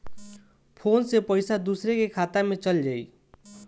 Phone से पईसा दूसरे के खाता में चल जाई?